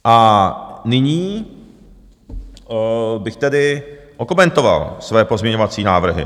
A nyní bych tedy okomentoval své pozměňovací návrhy.